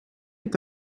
est